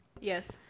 Yes